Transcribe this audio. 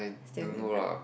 still need a